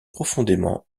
profondément